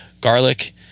Garlic